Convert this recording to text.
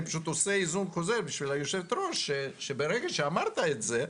אני פשוט עושה היזון חוזר בשביל היושבת-ראש שברגע שאמרת את זה,